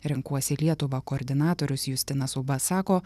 renkuosi lietuvą koordinatorius justinas uba sako